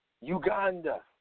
Uganda